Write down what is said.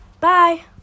Bye